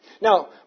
Now